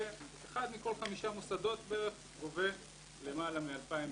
ואחד מכל חמישה מוסדות בערך גובה למעלה מ-2,000 שקלים.